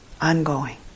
Ongoing